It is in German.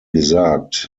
gesagt